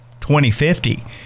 2050